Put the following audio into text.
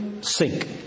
sink